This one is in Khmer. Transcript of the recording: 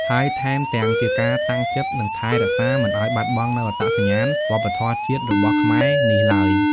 ហើយថែមទាំងជាការតាំងចិត្ត និងថែរក្សាមិនឱ្យបាត់បង់នូវអត្តសញ្ញាណវប្បធម៌ជាតិរបស់ខ្មែរនេះឡើយ។